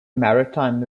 maritime